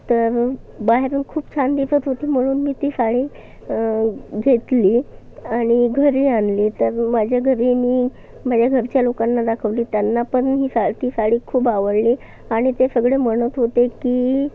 तर बाहेरून खूप छान दिसत होती म्हणून मी ती साडी घेतली आणि घरी आणली तर माझ्या घरी मी माझ्या घरच्या लोकांना दाखवली त्यांना पण ही सा ती साडी खूप आवळ्ळी आणि ते सगळे म्हणत होते की